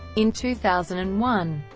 in two thousand and one,